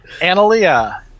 Analia